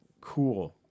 Cool